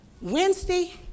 Wednesday